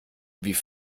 wie